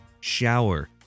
Shower